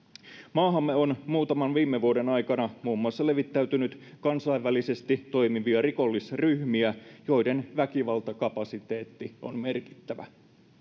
maahamme on muutaman viime vuoden aikana muun muassa levittäytynyt kansainvälisesti toimivia rikollisryhmiä joiden väkivaltakapasiteetti on merkittävä